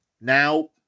Now